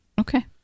Okay